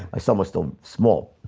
my son was still small.